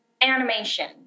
animation